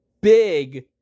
big